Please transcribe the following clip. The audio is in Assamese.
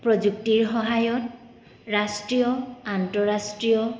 প্ৰযুক্তিৰ সহায়ত ৰাষ্ট্ৰীয় আন্তঃৰাষ্ট্ৰীয়